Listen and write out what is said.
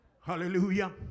Hallelujah